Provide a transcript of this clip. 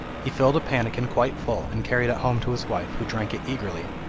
he filled a pannikin quite full, and carried it home to his wife, who drank it eagerly,